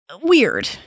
Weird